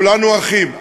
כולנו אחים.